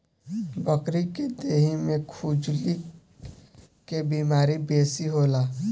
बकरी के देहि में खजुली के बेमारी बेसी होला